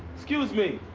excuse me.